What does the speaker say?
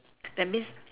that means